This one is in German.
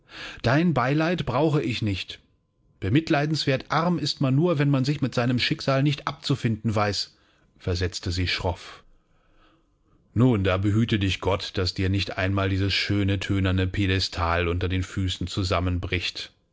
dein beileid brauche ich nicht bemitleidenswert arm ist man nur wenn man sich mit seinem schicksal nicht abzufinden weiß versetzte sie schroff nun da behüte dich gott daß dir nicht einmal dieses schöne thönerne piedestal unter den füßen zusammenbricht